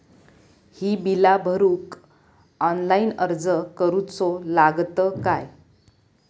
ही बीला भरूक ऑनलाइन अर्ज करूचो लागत काय?